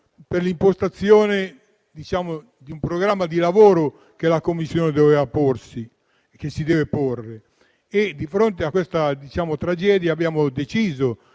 per l'impostazione di un programma di lavoro che la Commissione doveva porsi, e si deve porre. Di fronte alla tragedia di